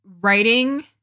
writing